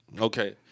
Okay